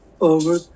over